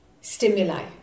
stimuli